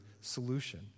solution